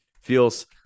feels